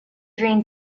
dream